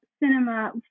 cinema